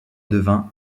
devint